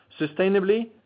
sustainably